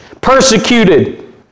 persecuted